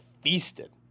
feasted